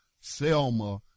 Selma